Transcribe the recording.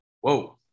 Whoa